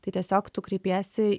tai tiesiog tu kreipiesi